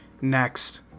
Next